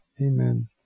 amen